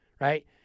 right